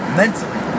mentally